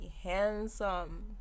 handsome